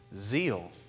Zeal